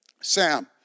Sam